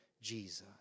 Jesus